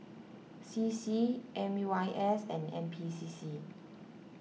C C M U I S and N P C C